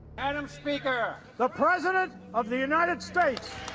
madam speaker. the president of the united states.